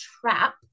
trap